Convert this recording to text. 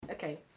okay